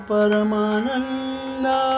Paramananda